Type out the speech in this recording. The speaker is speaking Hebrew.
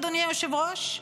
אדוני היושב-ראש?